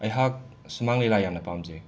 ꯑꯩꯍꯥꯛ ꯁꯨꯃꯥꯡ ꯂꯤꯂꯥ ꯌꯥꯝꯅ ꯄꯥꯝꯖꯩ